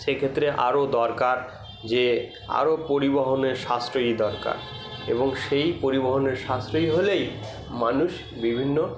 সেই ক্ষেত্রে আরও দরকার যে আরও পরিবহনের সাশ্রয়ী দরকার এবং সেই পরিবহনের সাশ্রয়ী হলেই মানুষ বিভিন্ন